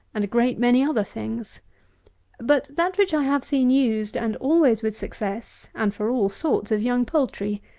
and a great many other things but that which i have seen used, and always with success, and for all sorts of young poultry,